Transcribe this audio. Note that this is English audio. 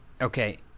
Okay